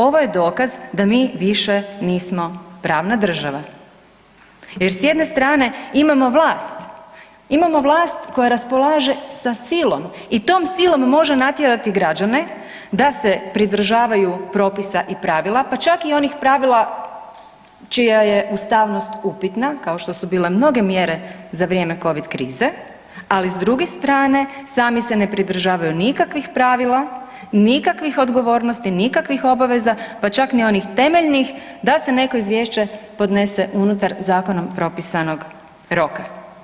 Ovo je dokaz da mi više nismo pravna država jer s jedne strane imamo vlast, imamo vlast koja raspolaže sa silom i tom silom može natjerati građane da se pridržavaju propisa i pravila, pa čak i onih pravila čija je ustavnost upitna kao što su bile mnoge mjere za vrijeme covid krize, ali s druge strane sami se ne pridržavaju nikakvih pravila, nikakvih odgovornosti, nikakvih obaveza, pa čak ni onih temeljnih da se neko izvješće podnese unutar zakonom propisanog roka.